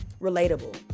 Relatable